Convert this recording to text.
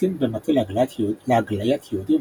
קצין במטה להגליית יהודים,